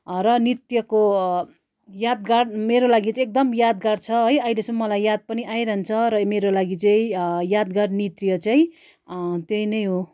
र नृत्यको यादगार मेरो लागि चाहिँ एकदम यादगार छ है अहिलेसम्म मलाई याद पनि आइरहन्छ र मेरो लागि चाहिँ यादगार नृत्य चाहिँ त्यही नै हो